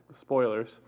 Spoilers